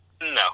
No